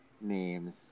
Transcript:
names